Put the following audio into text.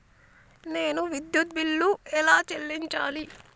నేను విద్యుత్ బిల్లు ఎలా చెల్లించాలి?